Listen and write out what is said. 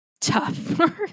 tough